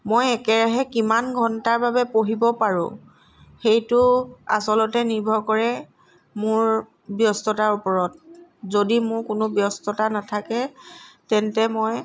মই একেৰাহে কিমান ঘন্টাৰ বাবে পঢ়িব পাৰোঁ সেইটো আচলতে নিৰ্ভৰ কৰে মোৰ ব্যস্ততাৰ ওপৰত যদি মোৰ কোনো ব্যস্ততা নাথাকে তেন্তে মই